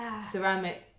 ceramic